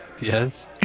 Yes